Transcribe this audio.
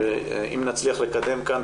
שאם נצליח לקדם כאן,